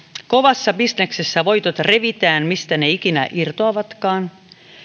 kovassa bisneksessä voitot revitään mistä ne ikinä irtoavatkaan